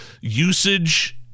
usage